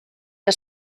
que